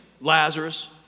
Lazarus